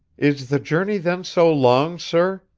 is the journey then so long, sir,